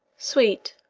sweet,